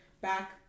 back